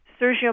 Sergio